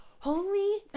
Holy